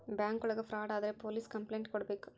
bank ಒಳಗ fraud ಆದ್ರೆ police complaint ಕೊಡ್ಬೇಕು